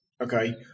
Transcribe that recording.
Okay